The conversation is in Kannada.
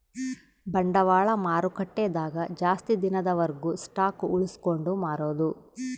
ಬಂಡವಾಳ ಮಾರುಕಟ್ಟೆ ದಾಗ ಜಾಸ್ತಿ ದಿನದ ವರ್ಗು ಸ್ಟಾಕ್ಷ್ ಉಳ್ಸ್ಕೊಂಡ್ ಮಾರೊದು